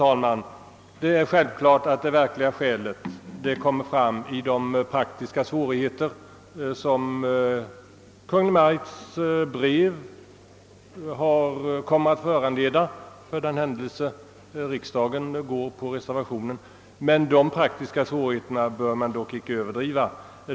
Det verkliga skälet till utskottets ställningstagande är emellertid de praktiska svårigheter som Kungl. Maj:ts beslut kommer att föranleda för den händelse riksdagen bifaller reservationen. Dessa praktiska svårigheter bör dock inte överdrivas.